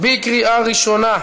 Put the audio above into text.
רויטל סויד מוותרת,